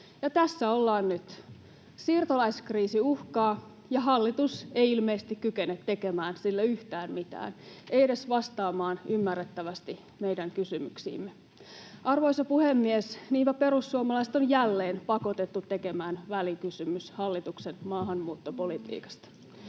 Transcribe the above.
tässä ollaan nyt: siirtolaiskriisi uhkaa, ja hallitus ei ilmeisesti kykene tekemään sille yhtään mitään, ei edes vastaamaan ymmärrettävästi meidän kysymyksiimme. Arvoisa puhemies! Niinpä perussuomalaiset on jälleen pakotettu tekemään välikysymys hallituksen maahanmuuttopolitiikasta.